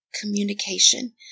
communication